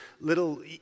little